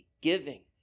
Giving